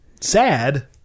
sad